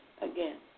again